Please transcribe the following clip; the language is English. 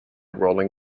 rolling